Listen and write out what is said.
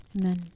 Amen